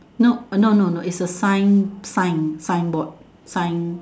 nope uh no no no it's a sign sign signboard sign